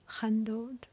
handled